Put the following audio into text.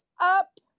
up